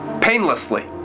painlessly